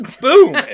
Boom